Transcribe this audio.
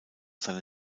seine